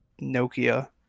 Nokia